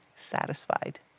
satisfied